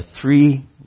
three